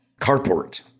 carport